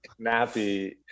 nappy